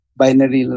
binary